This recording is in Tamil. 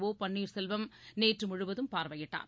ஒபன்னீர் செல்வம் நேற்று முழுவதும் பார்வையிட்டார்